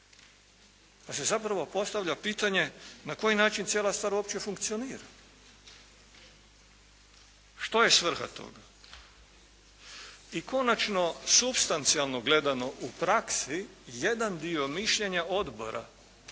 Pa se zapravo postavlja pitanje na koji način cijela stvar uopće funkcionira? Što je svrha toga? I konačno supstancionalno gledano u praksi jedan dio mišljenja odbora